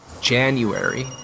January